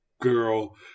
girl